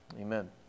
Amen